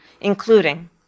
including